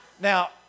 Now